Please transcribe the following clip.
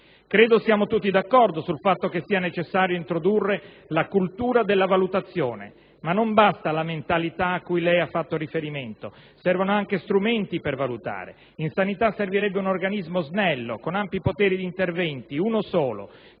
Credo siamo tutti d'accordo sul fatto che sia necessario introdurre la cultura della valutazione, ma non basta la mentalità a cui lei ha fatto riferimento, servono anche gli strumenti per valutare: in sanità servirebbe un organismo snello - uno solo - con ampi poteri di intervento, che valuti